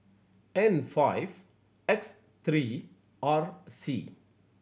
N five X three R C